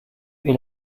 est